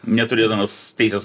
neturėdamas teisės